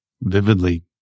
vividly